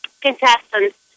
contestants